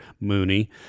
Mooney